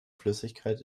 flüssigkeit